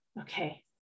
okay